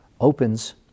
opens